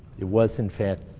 it was, in fact,